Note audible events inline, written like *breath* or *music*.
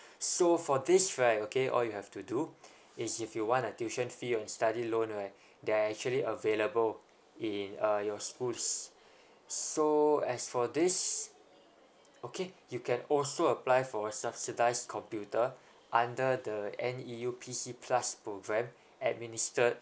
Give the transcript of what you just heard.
so for this right okay all you have to do is if you want a tuition fee or study loan right there actually available in uh your schools *breath* so as for this okay you can also apply for a subsidised computer under the N E U P C plus program administered